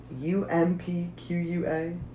U-M-P-Q-U-A